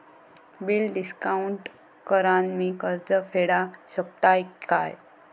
Bill discount करान मी कर्ज फेडा शकताय काय?